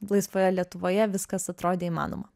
laisvoje lietuvoje viskas atrodė įmanoma